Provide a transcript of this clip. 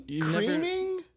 creaming